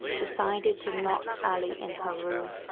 decided to lock allie in her room.